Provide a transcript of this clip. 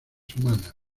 humanas